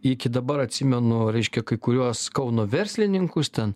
iki dabar atsimenu reiškia kai kuriuos kauno verslininkus ten